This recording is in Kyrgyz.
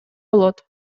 болот